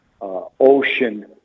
ocean